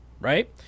right